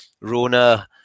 Rona